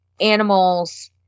animals